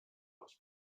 dels